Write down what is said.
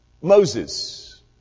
Moses